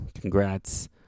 congrats